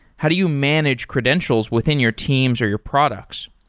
how do you manage credentials within your teams or your products?